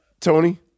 Tony